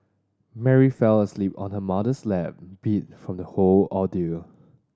Mary fell asleep on her mother's lap beat from the whole ordeal